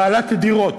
בעלת דירות.